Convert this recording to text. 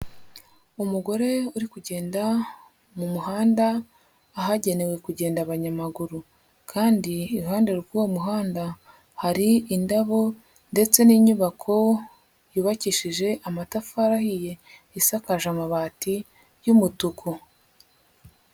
Umugore uri kugenda mu muhanda ahagenewe kugenda abanyamaguru, kandi iruhande rw'uwo muhanda hari indabo ndetse n'inyubako yubakishije amatafari ahiye, isakaje amabati y'umutuku.